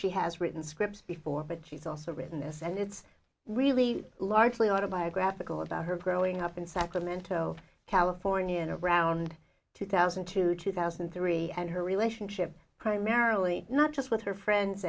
she has written scripts before but she's also written this and it's really largely autobiographical about her growing up in sacramento california and around two thousand to two thousand and three and her relationship primarily not just with her friends